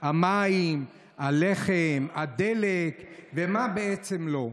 המים, הלחם, הדלק ומה בעצם לא.